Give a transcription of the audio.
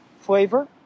flavor